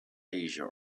asia